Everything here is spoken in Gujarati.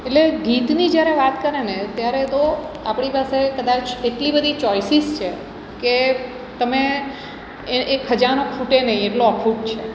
એટલે ગીતની જ્યારે વાત કરે ને ત્યારે તો આપણી પાસે કદાચ એટલી બધી ચોઇસીસ છે કે તમે એ એ ખજાનો ખૂટે નહીં એટલો અખૂટ છે